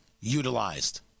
utilized